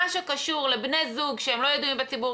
מה שקשור לבני זוג שהם לא ידועים בציבור,